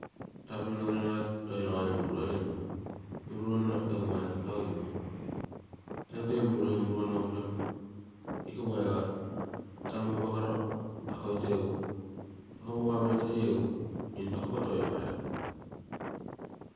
Tapinolo nagai toi mururoiom oo mururonno egu mani kotogim. Egu tee mureugu upiro egu tamu apa karo, ako ite egu taa pogaa birthday egu intoko kotoiparo.